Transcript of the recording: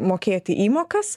mokėti įmokas